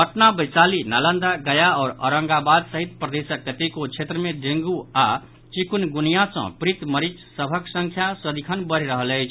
पटना वैशाली नालंदा गया आओर औरंगाबाद सहित प्रदेशक कतेको क्षेत्र मे डेंगू आओर चिकुनगुनिया सँ पीड़ित मरीज सभक संख्या सदिखन बढ़ि रहल अछि